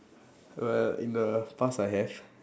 well in the past I have